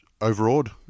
overawed